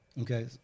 Okay